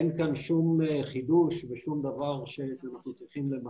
אין כאן שום חידוש ושום דבר שאנחנו צריכים למסד,